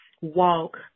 walk